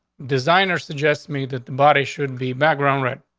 designer suggests me that the body shouldn't be background. right.